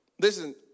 listen